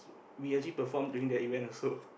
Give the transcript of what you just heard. we actually perform at that event also